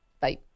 bye